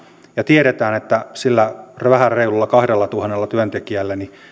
ja tiedämme että sillä vähän reilulla kahdellatuhannella työntekijällä